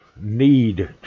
need